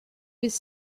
with